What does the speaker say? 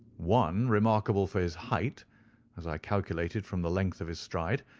one remarkable for his height as i calculated from the length of his stride,